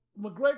McGregor